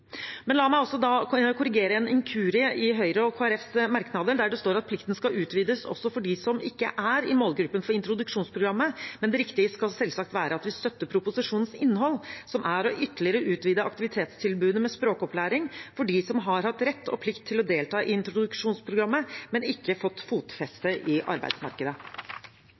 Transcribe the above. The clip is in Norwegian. La meg også da korrigere en inkurie i Høyre og Kristelig Folkepartis merknader, der det står at plikten skal utvides også for dem som ikke er i målgruppen for introduksjonsprogrammet. Det riktige skal selvsagt være at vi støtter proposisjonens innhold, som er å utvide aktivitetstilbudet ytterligere med språkopplæring for dem som har hatt rett og plikt til å delta i introduksjonsprogrammet, men ikke fått fotfeste i arbeidsmarkedet.